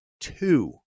two